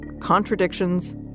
contradictions